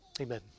Amen